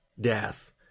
death